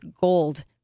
gold